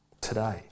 today